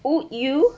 oh you